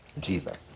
Jesus